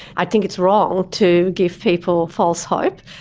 i think it's wrong to give people false hope.